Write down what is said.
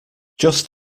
just